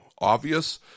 obvious